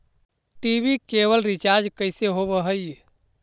TV केवल recharge कैसे होब हइ?